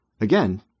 Again